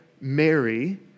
Mary